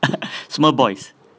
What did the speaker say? semua boys